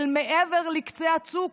אל מעבר לקצה הצוק.